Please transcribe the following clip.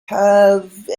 have